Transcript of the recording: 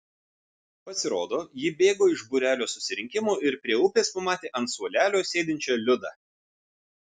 pasirodo ji bėgo iš būrelio susirinkimo ir prie upės pamatė ant suolelio sėdinčią liudą